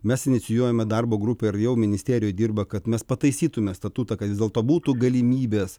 mes inicijuojame darbo grupę ir jau ministerijoj dirba kad mes pataisytume statutą kad vis dėlto būtų galimybės